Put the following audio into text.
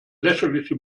lächerliche